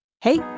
Hey